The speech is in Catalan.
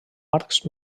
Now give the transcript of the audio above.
marcs